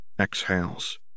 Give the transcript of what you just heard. exhales